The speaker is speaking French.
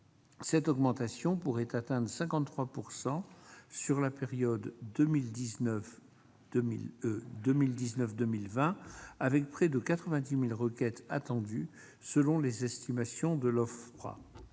Celui-ci pourrait atteindre 53 % sur la période 2019-2020, avec près de 90 000 requêtes attendues, selon les estimations de l'Ofpra.